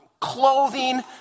clothing